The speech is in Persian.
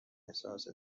احساس